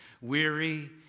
Weary